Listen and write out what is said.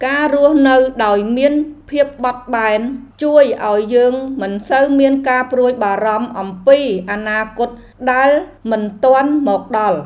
ការរស់នៅដោយមានភាពបត់បែន ជួយឱ្យយើងមិនសូវមានការព្រួយបារម្ភអំពីអនាគតដែលមិនទាន់មកដល់។